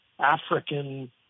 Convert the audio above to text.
African